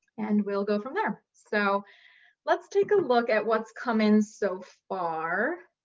and we'll go from there. so let's take a look at what's coming so far.